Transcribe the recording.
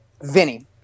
Vinny